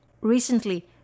Recently